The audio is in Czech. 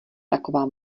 taková